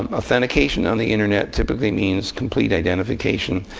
um authentication on the internet typically means complete identification.